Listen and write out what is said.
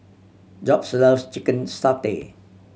Jobe's loves chicken satay